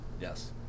yes